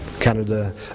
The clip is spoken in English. Canada